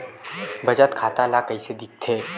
बचत खाता ला कइसे दिखथे?